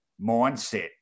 mindset